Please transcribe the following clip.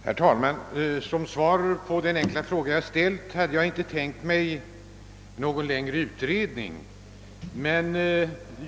Herr talman! Som svar på den enkla fråga jag ställt hade jag inte väntat mig någon längre utredning.